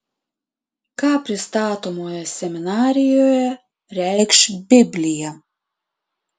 ką pristatomoje seminarijoje reikš biblija